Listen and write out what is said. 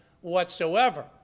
whatsoever